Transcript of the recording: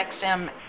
XM